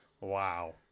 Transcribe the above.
Wow